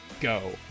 go